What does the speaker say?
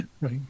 Right